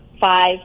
five